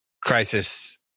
crisis